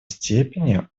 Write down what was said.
степени